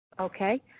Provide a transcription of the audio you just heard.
Okay